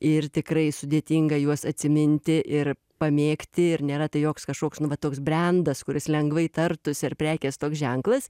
ir tikrai sudėtinga juos atsiminti ir pamėgti ir nėra tai joks kažkoks nu va toks brendas kuris lengvai tartųsi ar prekės toks ženklas